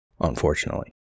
Unfortunately